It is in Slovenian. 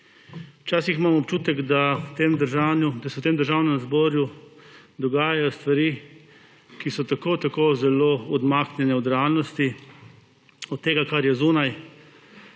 Včasih imam občutek, da se v Državnem zboru dogajajo stvari, ki so tako ali tako zelo odmaknjene od realnosti, od tega, kar je zunaj,